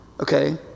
Okay